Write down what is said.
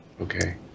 Okay